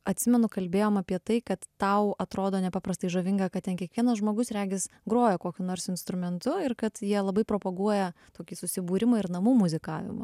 atsimenu kalbėjom apie tai kad tau atrodo nepaprastai žavinga kad ten kiekvienas žmogus regis groja kokiu nors instrumentu ir kad jie labai propaguoja tokį susibūrimą ir namų muzikavimą